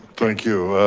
thank you.